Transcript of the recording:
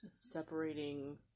separating